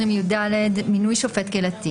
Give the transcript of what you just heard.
220ידמינוי שופט קהילתי